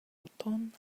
botón